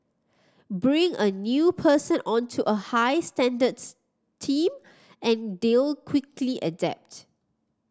bring a new person onto a high standards team and they'll quickly adapt